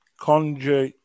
conjure